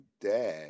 dad